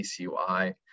ACUI